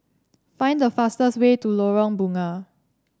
find the fastest way to Lorong Bunga